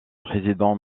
président